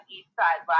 Eastside